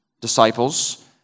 disciples